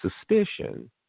suspicion